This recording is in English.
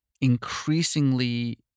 increasingly